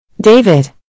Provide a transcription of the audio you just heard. David